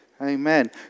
Amen